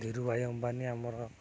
ଧିରୁ ଭାଇ ଅମ୍ବାନୀ ଆମର